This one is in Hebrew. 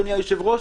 אדוני היושב-ראש,